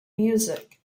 music